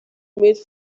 made